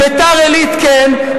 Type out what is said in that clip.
ביתר-עילית כן,